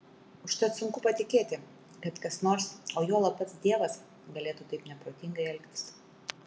užtat sunku patikėti kad kas nors o juolab pats dievas galėtų taip neprotingai elgtis